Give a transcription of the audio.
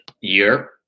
year